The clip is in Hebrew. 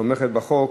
תומכת בחוק.